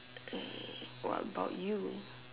hmm what about you